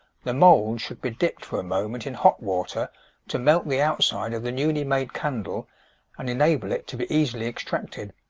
the mould should be dipped for a moment in hot water to melt the outside of the newly-made candle and enable it to be easily extracted.